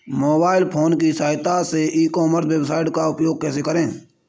Mobile phone की सहायता से ई कॉमर्स वेबसाइट का उपयोग कैसे करें?